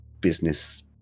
business